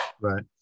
Right